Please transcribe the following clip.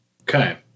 Okay